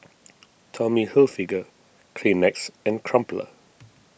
Tommy Hilfiger Kleenex and Crumpler